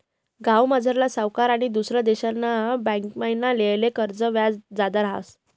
गावमझारला सावकार आनी दुसरा देशना बँकमाईन लेयेल कर्जनं व्याज जादा रहास